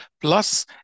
Plus